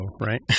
right